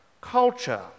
culture